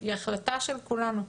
היא החלטה של כולנו.